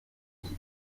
ich